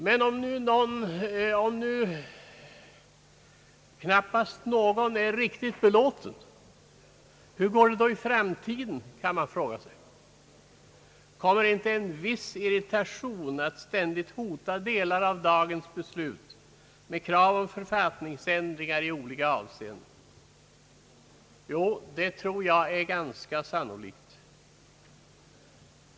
Men om nästan ingen är riktigt belåten, hur går det då i framtiden, kan man fråga sig. Kommer inte en viss irritation att ständigt hota delar av dagens beslut med krav om författningsändringar i olika avseenden. Jo, det tror jag är ganska sannolikt.